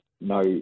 no